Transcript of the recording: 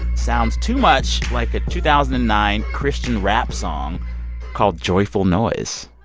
sounds too much like a two thousand and nine christian rap song called joyful noise.